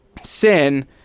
sin